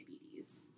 diabetes